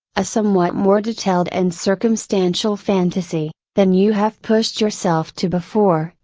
a somewhat more detailed and circumstantial fantasy, than you have pushed yourself to before,